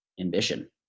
ambition